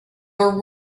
are